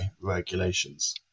regulations